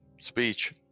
speech